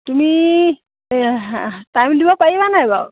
তুমি টাইম দিব পাৰিবা নাই বাৰু